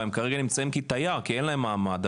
הם כרגע נמצאים כתייר כי אין להם מעמד,